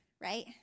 right